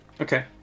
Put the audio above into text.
Okay